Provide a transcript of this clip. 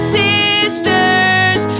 sisters